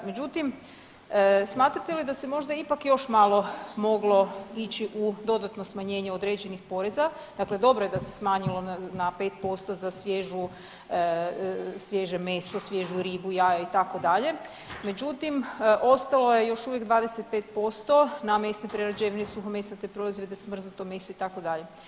Međutim, smatrate li da se možda ipak još malo moglo ići u dodatno smanjenje određenih poreza, dakle dobro je da se smanjilo na 5% za svježu, svježe meso, svježu ribu, jaja itd., međutim ostalo je još uvijek 25% na mesne prerađevine, suhomesnate proizvode, smrznuto meso itd.